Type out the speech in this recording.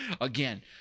Again